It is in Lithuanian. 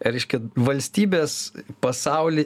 reiškia valstybės pasauly